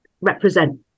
represent